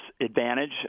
advantage